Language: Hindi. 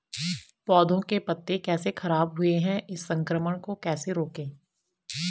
पौधों के पत्ते कैसे खराब हुए हैं इस संक्रमण को कैसे रोकें?